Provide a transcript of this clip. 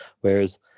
Whereas